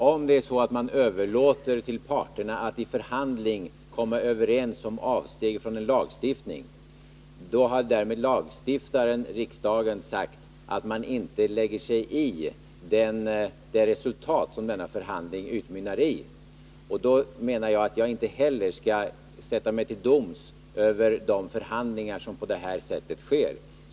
Fru talman! Om man överlåter till parterna att i en förhandling komma överens om avsteg från lagstiftningen har därmed lagstiftaren — riksdagen — sagt att man inte lägger sig i det resultat som denna förhandling utmynnar i. Då menar jag att jag inte heller skall sätta mig till doms över de förhandlingar som sker på det här sättet.